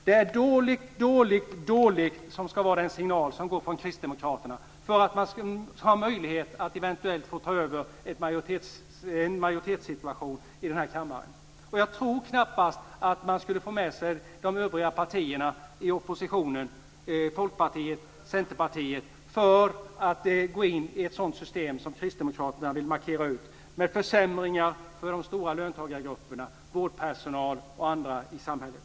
Det är "dåligt, dåligt, dåligt" som ska vara kristdemokraternas signal för att få möjlighet att eventuellt ta över en majoritetssituation i kammaren. Jag tror knappast att man får med sig de övriga partierna i oppositionen - Folkpartiet och Centerpartiet - för att gå in i ett sådant system som kristdemokraterna vill markera, med försämringar för de stora löntagargrupperna, vårdpersonal och andra i samhället.